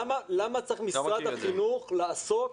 למה צריך משרד החינוך לעסוק